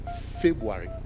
february